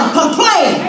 complain